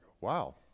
wow